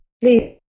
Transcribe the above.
Please